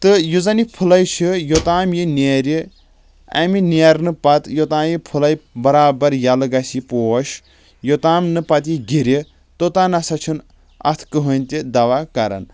تہٕ یُس زَن یہِ پھُلاے چھِ یوٚتام یہِ نیرِ اَمہِ نیرنہٕ پَتہٕ یوٚتانۍ یہِ پھُلاے برابر یلہٕ گژھِ یہِ پوش یوٚتام نہٕ پَتہٕ یہِ گِرِ توٚتام نہ ہسا چھُنہٕ اَتھ کٔہینۍ تہِ دوا کران